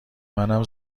منم